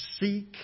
seek